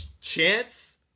chance